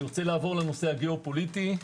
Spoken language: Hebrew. הנושא הגיאו פוליטי.